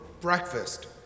breakfast